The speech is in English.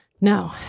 No